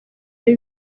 biba